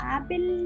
Apple